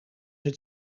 het